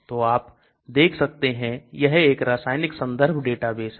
तो आप देख सकते हैं यह एक रसायनिक संदर्भ डेटाबेस है